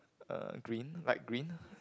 uh green light green